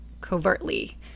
covertly